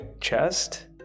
chest